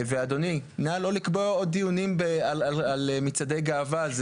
ואדוני, נא לא לקבוע עוד דיונים על מצעדי גאווה.